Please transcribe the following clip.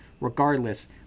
regardless